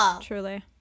Truly